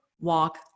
walk